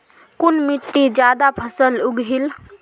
कुन मिट्टी ज्यादा फसल उगहिल?